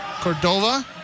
Cordova